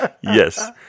Yes